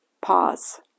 Pause